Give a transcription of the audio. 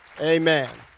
Amen